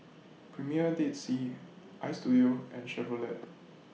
Premier Dead Sea Istudio and Chevrolet